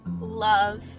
love